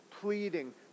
pleading